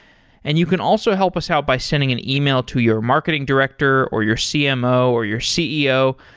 and you can also help us out by sending an ah e-mail to your marketing director, or your cmo, or your ceo.